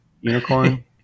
unicorn